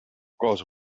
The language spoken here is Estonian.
kaasa